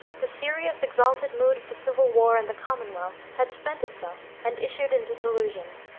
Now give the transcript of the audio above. the serious, exalted mood of the civil war and the commonwealth had spent itself and issued in disillusion.